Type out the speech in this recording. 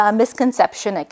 misconception